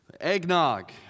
Eggnog